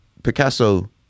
Picasso